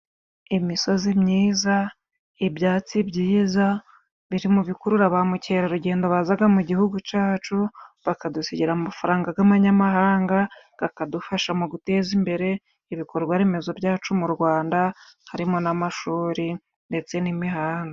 Imisozi myiza, ibyatsi byiza biri mu bikurura ba mukerarugendo bazaga mu gihugu cyacu bakadusigira amafaranga gabanyamahanga gakadufasha mu guteza imbere ibikorwa remezo byacu mu rwanda harimo n'amashuri ndetse n'imihanda.